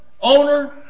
owner